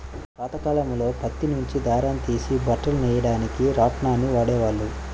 పాతకాలంలో పత్తి నుంచి దారాన్ని తీసి బట్టలు నెయ్యడానికి రాట్నాన్ని వాడేవాళ్ళు